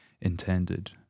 intended